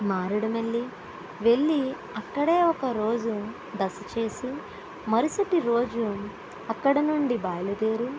మారేడిమిల్లి వెళ్ళి అక్కడే ఒకరోజు బస చేసి మరుసటి రోజు అక్కడ నుండి బయలుదేరి